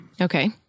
Okay